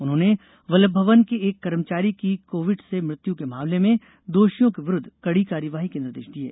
उन्होंने वल्लभ भवन के एक कर्मचारी की कोविड से मृत्यू के मामले में दोषियों के विरूद्व कड़ी कार्यवाही के निर्देश दिये